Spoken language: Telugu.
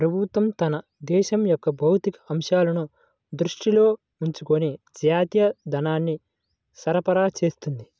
ప్రభుత్వం తన దేశం యొక్క భౌతిక అంశాలను దృష్టిలో ఉంచుకొని జాతీయ ధనాన్ని సరఫరా చేస్తుంది